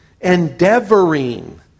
endeavoring